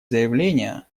заявления